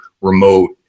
remote